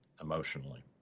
emotionally